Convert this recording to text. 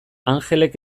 anjelek